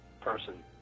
person